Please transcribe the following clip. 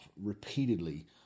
repeatedly